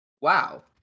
Wow